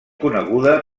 coneguda